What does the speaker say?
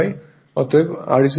অতএব R WscIsc 2